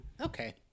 okay